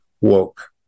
woke